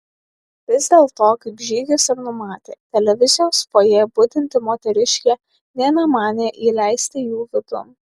vis dėlto kaip žygis ir numatė televizijos fojė budinti moteriškė nė nemanė įleisti jų vidun